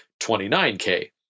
29K